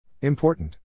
Important